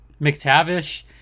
McTavish